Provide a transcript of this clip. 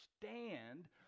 stand